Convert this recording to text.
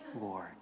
Lord